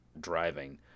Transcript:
driving